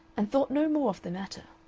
and thought no more of the matter.